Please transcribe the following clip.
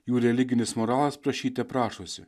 jų religinis moralas prašyte prašosi